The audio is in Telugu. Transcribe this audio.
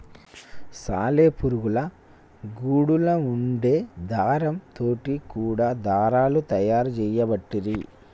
సాలె పురుగుల గూడులా వుండే దారం తోటి కూడా దారాలు తయారు చేయబట్టిరి